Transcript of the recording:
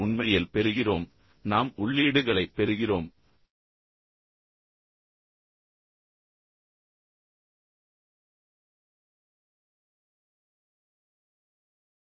நாம் உண்மையில் பெறுகிறோம் நாம் உள்ளீடுகளைப் பெறுகிறோம் மற்றவர்கள்